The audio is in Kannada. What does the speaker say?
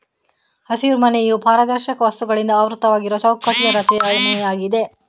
ಹಸಿರುಮನೆಯು ಪಾರದರ್ಶಕ ವಸ್ತುಗಳಿಂದ ಆವೃತವಾಗಿರುವ ಚೌಕಟ್ಟಿನ ರಚನೆಯಾಗಿದೆ